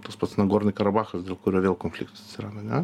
tas pats nagornyj karabachas dėl kurio vėl konfliktas atsiranda ne